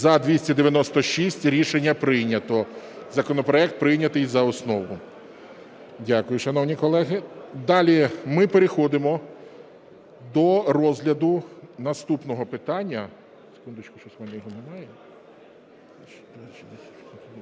За-296 Рішення прийнято. Законопроект прийнятий за основу. Дякую, шановні колеги. Далі, ми переходимо до розгляду наступного питання,